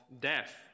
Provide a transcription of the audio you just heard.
death